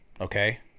okay